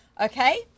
okay